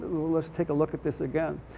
let's take a look at this again.